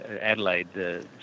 Adelaide